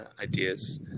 ideas